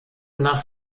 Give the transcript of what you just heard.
nach